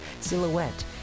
silhouette